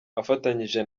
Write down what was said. afatanyije